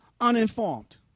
Uninformed